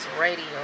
Radio